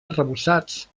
arrebossats